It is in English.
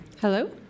Hello